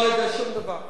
לא יודע שום דבר.